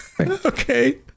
Okay